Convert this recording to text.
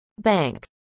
bank